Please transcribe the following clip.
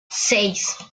seis